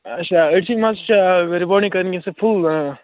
اَچھا أڑۍسٕے مَستَس چھا رِبوانٛڈِنٛگ کَرٕنۍ یا سۄ فُل